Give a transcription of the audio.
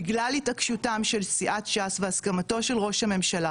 בגלל התעקשותם של סיעת ש"ס והסכמתו של ראש הממשלה,